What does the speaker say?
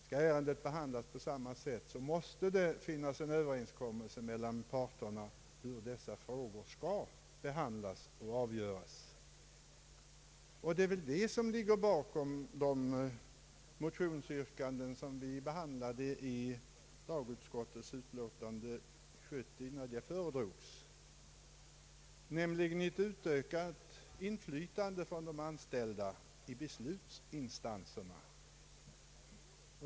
Skall ärendet behandlas på annat sätt, måste det finnas en överenskommelse mellan parterna om hur dessa frågor skall avgöras. Här komer vi in på det som ligger bakom de motionsyrkanden som behandlats i andra lagutskottets utlåtande nr 70, vilket nyligen föredrogs, nämligen ett utökat inflytande för de anställda i beslutsinstanserna.